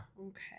Okay